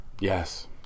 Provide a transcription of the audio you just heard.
Yes